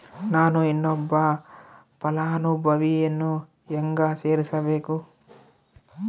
ನಾನು ಇನ್ನೊಬ್ಬ ಫಲಾನುಭವಿಯನ್ನು ಹೆಂಗ ಸೇರಿಸಬೇಕು?